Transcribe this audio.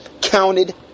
counted